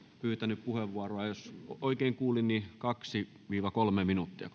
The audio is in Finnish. pyytänyt puheenvuoroa jos oikein kuulin niin kaksi viiva kolme minuuttia